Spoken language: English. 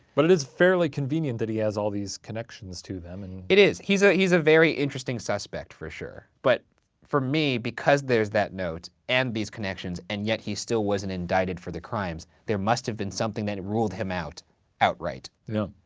but it is fairly convenient that he has all these connections to them and it is. he's ah he's a very interesting suspect for sure. but for me, because there's that note, and these connections, and yet he still wasn't indicted for the crimes, there must've been something that ruled him out outright. you know